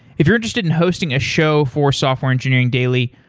if you're interested in hosting a show for software engineering daily,